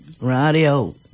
radio